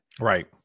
Right